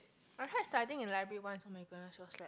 I tried studying in library once oh-my-gosh was like